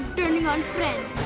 turning on friend.